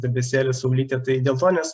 debesėlis saulytė tai dėl to nes